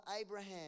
Abraham